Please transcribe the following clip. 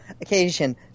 occasion